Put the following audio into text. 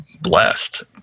blessed